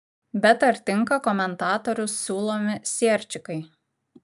bet ar tinka komentatorių siūlomi sierčikai